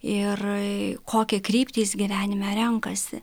ir kokią kryptį jis gyvenime renkasi